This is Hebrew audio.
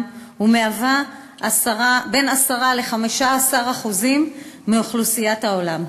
ומהווה בין 10% ל-15% מאוכלוסיית העולם.